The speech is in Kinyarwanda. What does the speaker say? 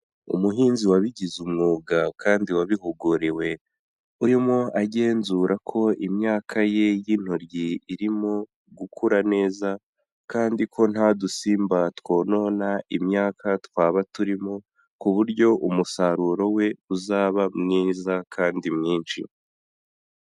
Umuhinzi wabigize umwuga kandi wabihuguriwe, urimo agenzura ko imyaka ye y'intoryi irimo gukura neza, kandi ko nta dusimba twonona imyaka twaba turimo, ku buryo umusaruro we uzaba mwiza kandi mwinshi.